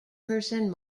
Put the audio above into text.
person